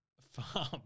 farm